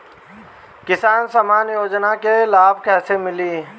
किसान सम्मान योजना के लाभ कैसे मिली?